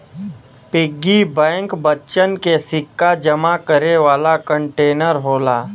piggy bank बच्चन के सिक्का जमा करे वाला कंटेनर होला